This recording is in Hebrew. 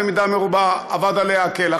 במידה מרובה אבד עליה הכלח,